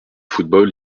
football